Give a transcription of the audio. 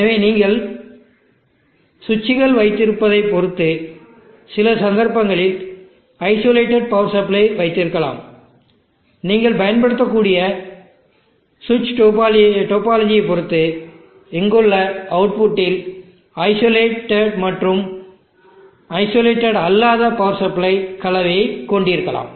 எனவே நீங்கள் சுவிட்சுகள் வைப்பதைப் பொறுத்து சில சந்தர்ப்பங்களில் ஐசோலேட்டடு பவர் சப்ளை வைத்திருக்கலாம் நீங்கள் பயன்படுத்தக்கூடிய சுவிட்ச் டோபாலஜியைப் பொறுத்து இங்குள்ள அவுட்புட்டில் ஐசோலேட்டடு மற்றும் ஐசோலேட்டடு அல்லாத பவர் சப்ளை கலவையைக் கொண்டிருக்கலாம்